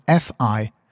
FI